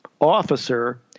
officer